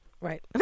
Right